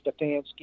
Stefanski